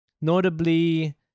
Notably